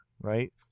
right